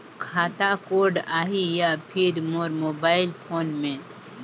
खाता कोड आही या फिर मोर मोबाइल फोन मे?